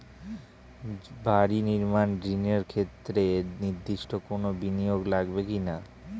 বাড়ি নির্মাণ ঋণের ক্ষেত্রে নির্দিষ্ট কোনো বিনিয়োগ লাগবে কি না?